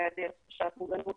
היעדר תחושת מוגנות